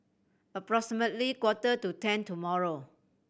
approximately quarter to ten tomorrow